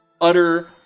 utter